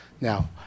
Now